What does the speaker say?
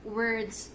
words